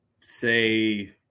say